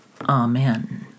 Amen